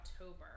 October